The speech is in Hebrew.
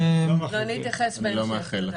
אני אתייחס בהמשך.